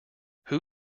who